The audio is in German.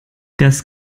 das